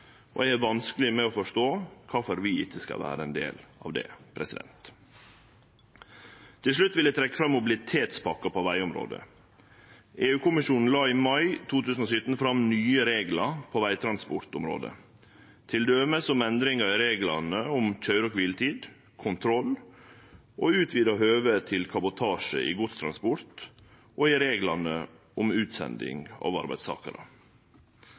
og eg har vanskeleg for å forstå kvifor vi ikkje skal vere ein del av dette. Til slutt vil eg trekkje fram mobilitetspakka på vegområdet. EU-kommisjonen la i mai 2017 fram nye reglar på vegtransportområdet, t.d. om endringar i reglane om køyre- og kviletid, kontroll og utvida høve til kabotasje i godstransport og i reglane om utsending av arbeidstakarar.